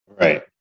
Right